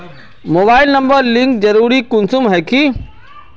Mobile number link जरुरी कुंसम है की?